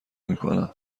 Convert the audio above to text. میکنم